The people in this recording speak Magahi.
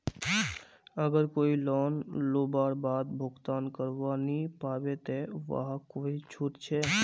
अगर कोई लोन लुबार बाद भुगतान करवा नी पाबे ते वहाक कोई छुट छे?